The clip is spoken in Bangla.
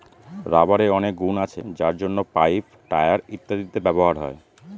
রাবারের অনেক গুন আছে যার জন্য পাইপ, টায়ার ইত্যাদিতে ব্যবহার হয়